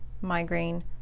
migraine